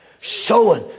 showing